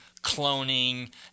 cloning